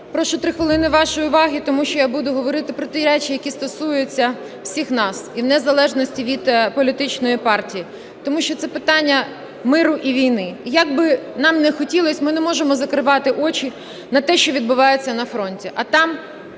прошу 3 хвилини вашої уваги, тому що я буду говорити про ті речі, які стосуються всіх нас, і в незалежності від політичної партії, тому що це питання миру і війни. І як би нам не хотілось, ми не можемо закривати очі на те, що відбувається на фронті,